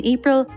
April